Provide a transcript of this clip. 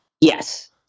Yes